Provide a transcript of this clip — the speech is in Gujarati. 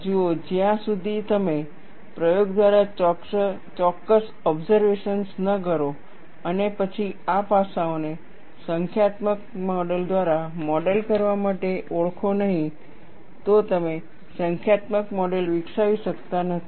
જુઓ જ્યાં સુધી તમે પ્રયોગ દ્વારા ચોક્કસ ઓબસર્વેશન્સ ન કરો અને પછી આ પાસાઓને સંખ્યાત્મક મોડેલ દ્વારા મોડલ કરવા માટે ઓળખો નહીં તો તમે સંખ્યાત્મક મોડેલ વિકસાવી શકતા નથી